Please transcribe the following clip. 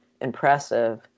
impressive